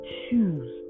choose